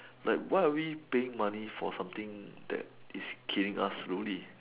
like why are we paying money for something that is killing us slowly